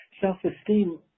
self-esteem